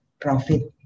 profit